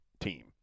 team